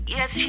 Yes